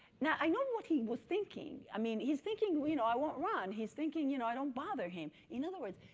now, i know what he was thinking. i mean, he's thinking and i won't run. he's thinking you know i don't bother him. in other words,